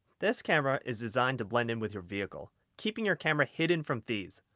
this camera is designed to blend in with your vehicle keeping your camera hidden from thieves.